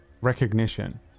recognition